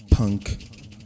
Punk